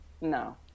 No